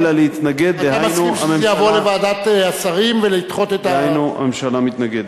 יבוא לוועדת השרים ולדחות, הממשלה מתנגדת.